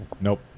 Nope